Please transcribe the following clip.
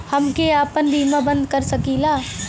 हमके आपन बीमा बन्द कर सकीला?